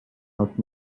out